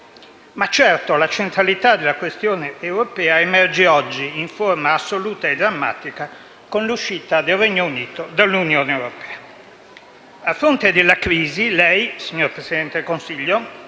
Ma, certo, la centralità della questione europea emerge oggi, in forma assoluta e drammatica con l'uscita del Regno Unito dall'Unione europea. A fronte della crisi, lei, signor Presidente del Consiglio,